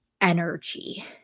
energy